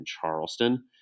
Charleston